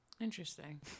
Interesting